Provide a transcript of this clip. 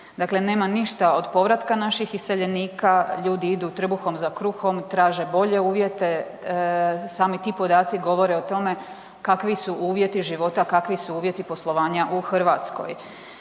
Dakle, nema ništa od povratka naših iseljenika, ljudi idu trbuhom za kruhom, traže bolje uvjete. Sami ti podaci govore o tome kakvi su uvjeti života, kakvi su uvjeti poslovanja u Hrvatskoj.